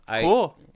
Cool